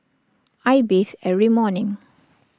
I bathe every morning